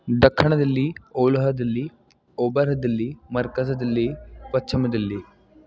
ॾखणु दिल्ली ओलहु दिल्ली ओभरु दिल्ली मर्कज़ दिल्ली पछम दिल्ली